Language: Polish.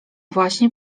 właśnie